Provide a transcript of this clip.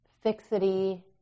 fixity